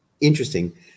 Interesting